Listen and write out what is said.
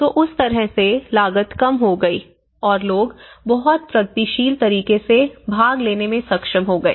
तो उस तरह से लागत कम हो गई और लोग बहुत प्रगतिशील तरीके से भाग लेने में सक्षम हो गए